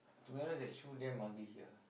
to be honest that shoe damn ugly ah